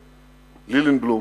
לילינבלום,